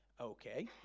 Okay